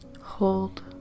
Hold